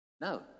No